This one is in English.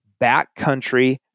backcountry